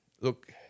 look